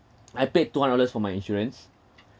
I paid two hundred dollars for my insurance